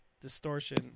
distortion